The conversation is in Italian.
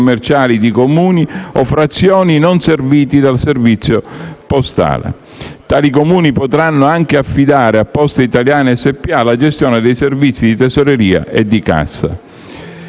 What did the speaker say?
commerciali di Comuni o frazioni non serviti dal servizio postale. Tali Comuni potranno anche affidare a Poste Italiane SpA la gestione dei servizi di tesoreria e di cassa.